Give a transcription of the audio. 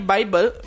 Bible